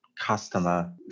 customer